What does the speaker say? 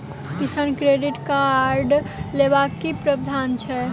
किसान credit card लेबाक की प्रावधान छै?